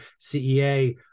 CEA